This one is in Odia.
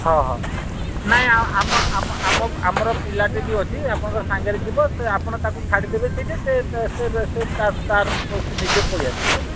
ହଁ ହଁ ନାଇ ଆମ ଆମ ଆମ ଆମର ପିଲାଟେ ବି ଅଛି ଆପଣଙ୍କର ସାଙ୍ଗରେ ଯିବ ଆପଣ ତାକୁ ଛାଡ଼ି ଦେବେ ସେଇଠି ସେ ସେ ସେ ତାର ତାର ନିଜେ ପଳେଇ ଆସିବେ